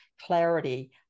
clarity